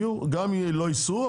גם לא ייסעו,